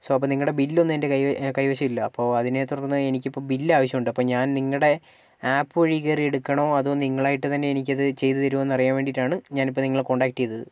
so അപ്പോൾ നിങ്ങളുടെ bill ഒന്ന് എൻ്റെ കൈവശം ഇല്ല അപ്പോൾ അതിനെത്തുടർന്ന് എനിക്കിപ്പോൾ ബില്ല് ആവശ്യമുണ്ട് അപ്പോൾ ഞാൻ നിങ്ങളുടെ ആപ്പ് വഴി കയറി എടുക്കണോ അതോ നിങ്ങളായിട്ട് തന്നെ എനിക്കത് ചെയ്ത് തരുമോയെന്ന് അറിയാൻ വേണ്ടിയിട്ടാണ് ഞാനിപ്പോൾ നിങ്ങളെ കോൺടാക്ട് ചെയ്തത്